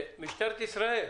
משטרת ישראל,